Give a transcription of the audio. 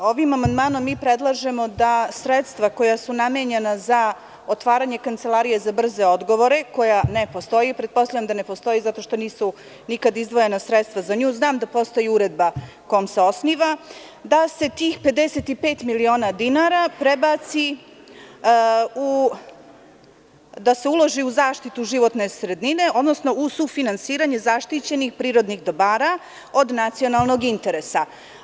Ovim amandmanom mi predlažemo da sredstva koja su namenjena za otvaranje kancelarije za brze odgovore, koja ne postoji, pretpostavljam da ne postoji zato što nisu nikada izdvojena sredstva za nju, znam da postoji uredba kojom se osniva, da se tih 55 miliona dinara uloži u zaštitu životne sredine, odnosno u sufinansiranje zaštićenih prirodnih dobara od nacionalnog interesa.